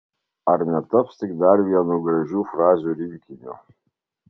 ar netaps tik dar vienu gražių frazių rinkiniu